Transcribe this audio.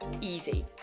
easy